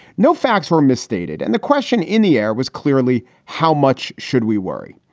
no facts were misstated. and the question in the air was clearly, how much should we worry?